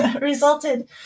resulted